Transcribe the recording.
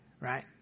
right